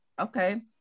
Okay